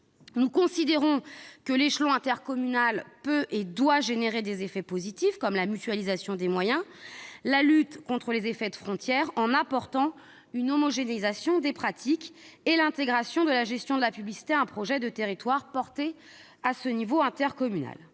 Nous considérons que l'échelon intercommunal peut et doit produire des effets positifs, comme la mutualisation des moyens, la lutte contre les effets de frontière grâce à l'homogénéisation des pratiques, et l'intégration de la gestion de la publicité à un projet de territoire porté à l'échelon intercommunal.